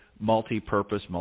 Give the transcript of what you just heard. multi-purpose